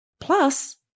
Plus